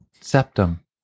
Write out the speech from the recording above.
septum